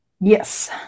Yes